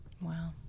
Wow